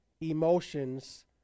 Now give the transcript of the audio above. emotions